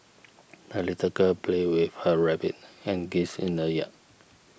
the little girl played with her rabbit and geese in the yard